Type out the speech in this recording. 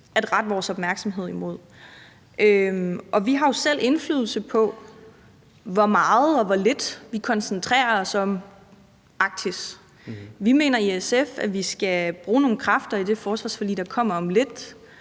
at rette vores opmærksomhed mod. Vi har jo selv indflydelse på, hvor meget og hvor lidt vi koncentrerer os om Arktis. Vi mener i SF, vi skal bruge nogle kræfter i det forsvarsforlig, der kommer om lidt,